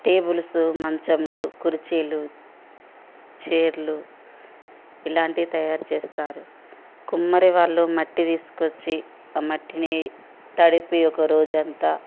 tables మంచంలు కుర్చీలు చైర్లు ఇలాంటియి తయారు చేస్తారు కుమ్మరి వాళ్ళు మట్టి తీసుకొచ్చి ఆ మట్టిని తడిపి ఒక రోజంతా